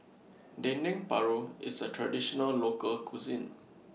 Dendeng Paru IS A Traditional Local Cuisine